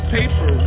Paper